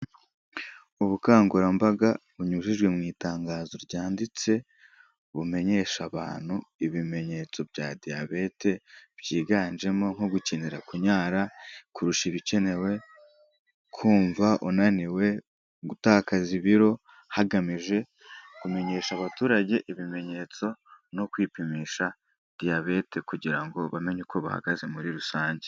Ubukangurambaga bunyujijwe mu itangazo ryanditse bumenyesha abantu ibimenyetso bya diyabete, byiganjemo nko gukenera kunyara kurusha ibikenewe, kumva unaniwe, gutakaza ibiro, hagamijwe kumenyesha abaturage ibimenyetso no kwipimisha diyabete kugira ngo bamenye uko bahagaze muri rusange.